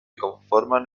conforman